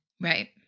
Right